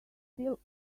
still